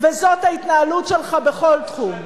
וזאת ההתנהלות שלך בכל תחום.